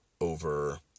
over